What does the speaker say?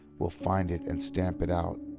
will find it and stamp it out.